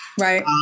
Right